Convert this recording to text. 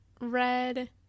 red